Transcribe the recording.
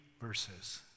verses